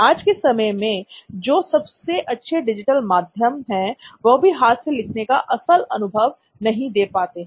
आज के समय में जो सबसे अच्छे डिजिटल माध्यम हैं वह भी हाथ से लिखने का असल अनुभव नहीं दे पाते हैं